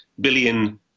billion